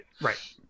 Right